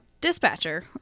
dispatcher